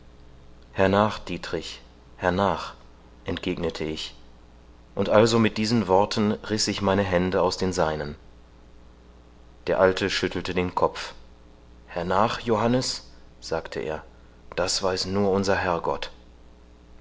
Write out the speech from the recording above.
hernach dieterich hernach entgegnete ich und also mit diesen worten riß ich meine hände aus den seinen der alte schüttelte den kopf hernach johannes sagte er das weiß nur unser